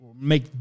make